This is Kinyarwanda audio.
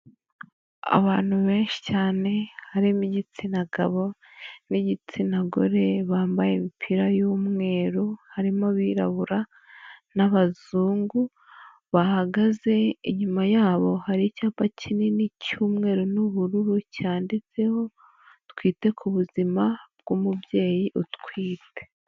Abantu benshi cyane harimo igitsina gabo n'igitsina gore, bambaye imipira y'umweru harimo abirabura n'abazungu, bahagaze inyuma yabo hari icyapa kinini cy'umweru n'ubururu cyanditseho twite ku buzima bw'umubyeyi utwite.